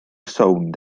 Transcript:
sownd